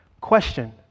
Question